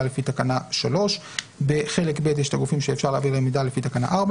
לפי תקנה 3. בחלק ב' יש את הגופים שאפשר להעביר אליהם מידע לפי תקנה 4,